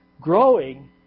growing